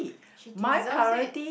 she deserves it